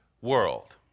world